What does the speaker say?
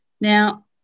Now